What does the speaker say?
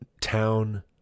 town